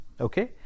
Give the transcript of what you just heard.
okay